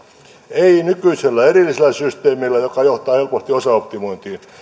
ei nykyisellä erillisellä systeemillä joka johtaa helposti osaoptimointiin